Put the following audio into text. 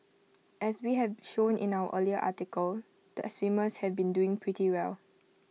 as we have shown in our earlier article the swimmers have been doing pretty well